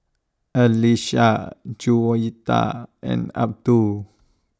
Aisyah Juwita and Abdul